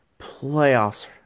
Playoffs